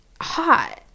hot